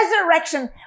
Resurrection